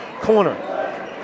Corner